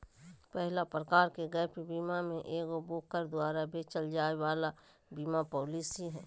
पहला प्रकार के गैप बीमा मे एगो ब्रोकर द्वारा बेचल जाय वाला बीमा पालिसी हय